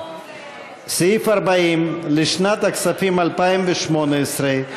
סעיף 40 לשנת הכספים 2018,